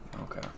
Okay